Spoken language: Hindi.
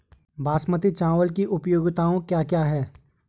बासमती चावल की उपयोगिताओं क्या क्या हैं?